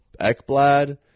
Ekblad